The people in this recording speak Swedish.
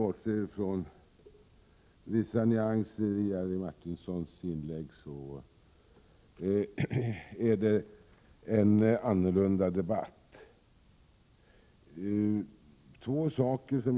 Det är en annorlunda debatt, om man bortser från vissa nyanser i Jerry Martingers inlägg.